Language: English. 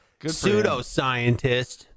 pseudoscientist